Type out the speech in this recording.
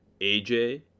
AJ